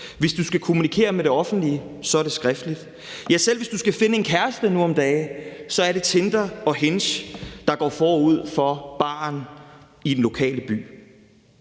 Hvis du skal kommunikere med det offentlige, er det skriftligt. Ja, selv hvis du skal finde en kæreste nu om dage, er det Tinder og Hinge, der går forud for baren i den lokale by.